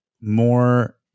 more